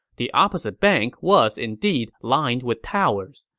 the opposite bank was indeed lined with towers,